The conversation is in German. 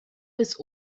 bis